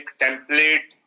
template